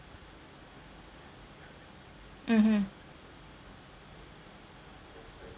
mmhmm